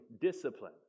discipline